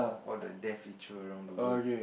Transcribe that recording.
all the death ritual around the world